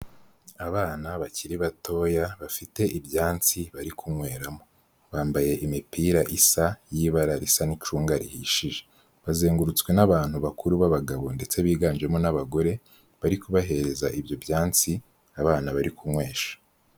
Abana bakiri batoya bafite ibyantsi bari kunyweramo, bambaye imipira isa y'ibara risa n'icunga rihishije, bazengurutswe n'abantu bakuru b'abagabo, ndetse biganjemo n'abagore bari kubahereza ibyantsi abana bari kunywesha.